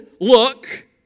look